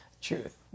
Truth